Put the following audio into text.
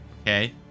Okay